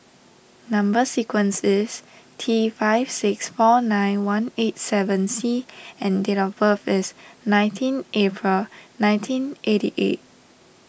Number Sequence is T five six four nine one eight seven C and date of birth is nineteen April nineteen eighty eight